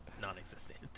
non-existent